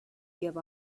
give